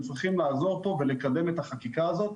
צריכים לעזור פה ולקדם את החקיקה הזאת.